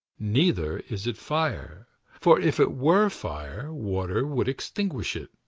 neither is it fire for if it were fire, water would extinguish it.